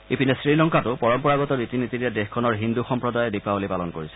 ইপিনে শ্ৰীলংকাতো পৰম্পৰাগত ৰীতি নীতিৰে দেশখনৰ হিন্দু সম্প্ৰদায়ে দীপাৱলী পালন কৰিছে